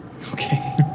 Okay